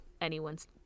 anyone's